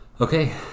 Okay